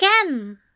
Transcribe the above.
again